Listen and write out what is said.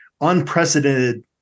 unprecedented